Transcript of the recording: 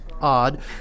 Odd